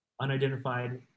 unidentified